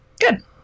Good